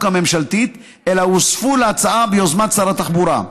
הממשלתית אלא הוספו להצעה ביוזמת שר התחבורה.